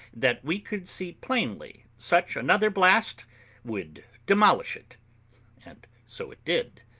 that we could see plainly such another blast would demolish it and so it did.